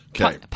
Okay